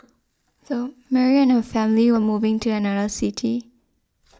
though Mary and her family were moving to another city